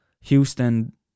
Houston